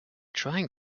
trying